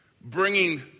bringing